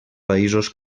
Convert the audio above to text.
països